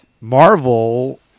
Marvel